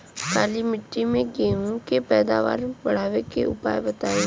काली मिट्टी में गेहूँ के पैदावार बढ़ावे के उपाय बताई?